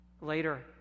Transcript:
Later